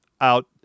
out